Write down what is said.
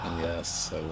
Yes